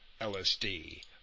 LSD